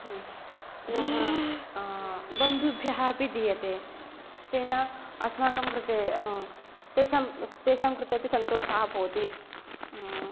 पुनः बन्धुभ्यः अपि दीयते तेन अस्माकं कृते तेषां तेषां कृते अपि सन्तोषः भवति